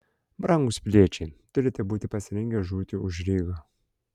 brangūs piliečiai turite būti pasirengę žūti už rygą